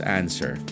answer